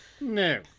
No